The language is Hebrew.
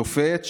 שופט,